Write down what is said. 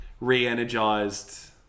re-energized